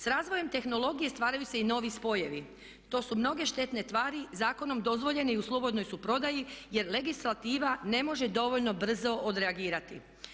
S razvojem tehnologije stvaraju se i novi spojevi, to su mnoge štetne tvari zakonom dozvoljene i u slobodnoj su prodaji jer legislativa ne može dovoljno brzo odreagirati.